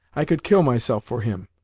i could kill myself for him!